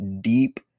deep